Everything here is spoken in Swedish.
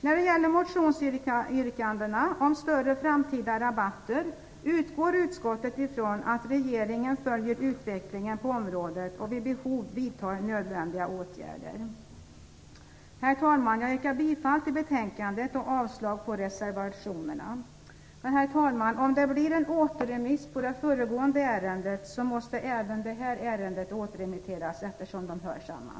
När det gäller motionsyrkandena om större framtida rabatter utgår utskottet ifrån att regeringen följer utvecklingen på området och vid behov vidtar nödvändiga åtgärder. Herr talman! Jag yrkar bifall till utskottets hemställan och avslag på reservationerna. Herr talman! Om det blir en återremiss av det föregående ärendet måste även det här ärendet återremitteras, eftersom de hör samman.